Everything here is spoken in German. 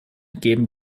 geben